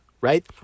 right